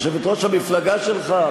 יושבת-ראש המפלגה שלך,